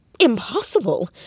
impossible